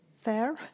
fair